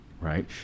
right